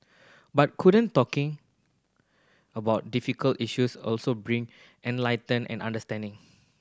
but couldn't talking about difficult issues also bring enlighten and understanding